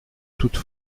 toute